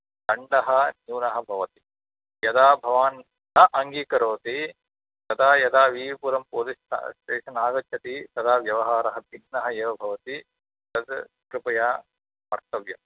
दण्डः न्यूनः भवति यदा भवान् न अङ्गीकरोति तदा यदा वी वी पुरं पोलिस् स्त् स्टेषन् आगच्छति तदा व्यवहारः भिन्नः एव भवति तद् कृपया स्मर्तव्या